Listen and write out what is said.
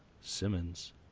Simmons